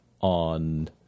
on